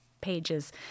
pages